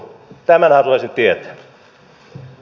tämän haluaisin tietää